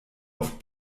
oft